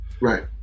Right